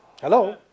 Hello